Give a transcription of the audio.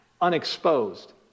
unexposed